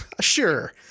Sure